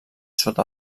sota